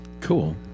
Cool